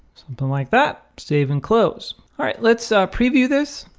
something like that. save and close. alright. let's preview this.